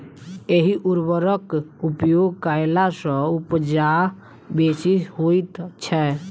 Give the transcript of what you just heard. एहि उर्वरकक उपयोग कयला सॅ उपजा बेसी होइत छै